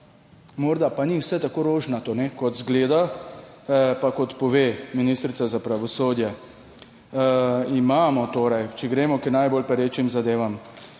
Morda pa ni vse tako rožnato, kot izgleda pa kot pove ministrica za pravosodje. Če gremo k najbolj perečim zadevam: